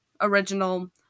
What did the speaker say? original